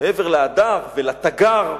מעבר ל"הדר" ול"תגר",